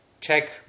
check